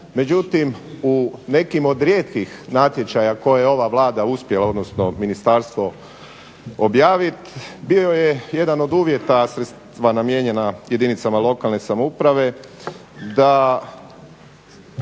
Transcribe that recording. Međutim, u nekim od rijetkih natječaja koje je ova Vlada uspjela, odnosno ministarstvo objaviti bio je jedan od uvjeta sredstva namijenjena jedinicama lokalne samouprave da